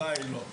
התשובה היא לא.